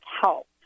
help